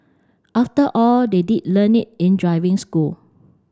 after all they did learn it in driving school